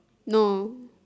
no